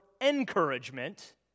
encouragement